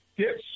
Yes